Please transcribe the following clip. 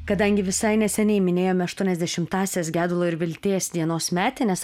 kadangi visai neseniai minėjome aštuoniasdešimtąsias gedulo ir vilties dienos metines